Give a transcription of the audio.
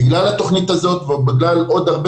בזכות התוכנית הזו ובוודאי עוד הרבה